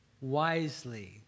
wisely